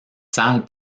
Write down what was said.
salle